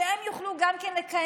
שגם הם יוכלו לכהן